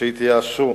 שהתייאשו